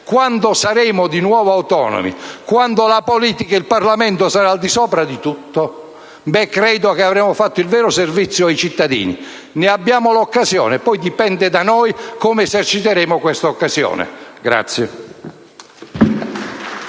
Quando saremo di nuovo autonomi, quando la politica e il Parlamento saranno al di sopra di tutto, avremo reso il vero servizio ai cittadini. Ne abbiamo ora l'occasione, poi dipende da noi come esercitarla. *(Applausi dai